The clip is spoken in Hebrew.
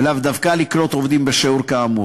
ולאו דווקא לקלוט עובדים בשיעור כאמור,